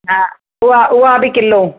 हा उहा उहा बि किलो